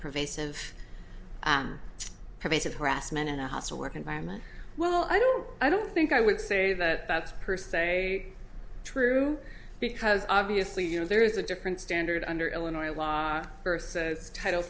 pervasive pervasive harassment and a hostile work environment well i don't i don't think i would say that that's per se true because obviously you know there is a different standard under illinois law versus title